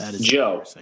Joe